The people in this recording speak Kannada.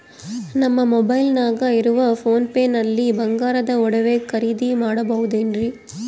ನಮ್ಮ ಮೊಬೈಲಿನಾಗ ಇರುವ ಪೋನ್ ಪೇ ನಲ್ಲಿ ಬಂಗಾರದ ಒಡವೆ ಖರೇದಿ ಮಾಡಬಹುದೇನ್ರಿ?